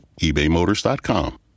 ebaymotors.com